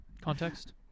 Context